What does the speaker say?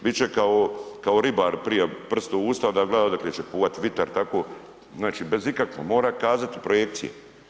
Bit će kao ribar prija, prst u usta onda gleda odakle će puvat vitar, tako bez ikakvog mora kazati projekcije.